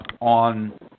on